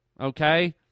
okay